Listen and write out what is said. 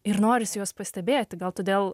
ir norisi juos pastebėti gal todėl